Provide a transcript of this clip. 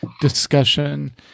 discussion